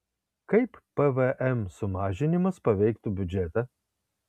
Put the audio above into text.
kaip pvm sumažinimas paveiktų biudžetą